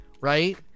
right